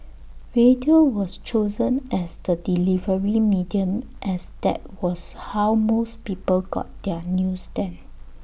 radio was chosen as the delivery medium as that was how most people got their news then